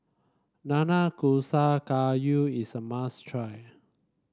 Nanakusa Gayu is a must try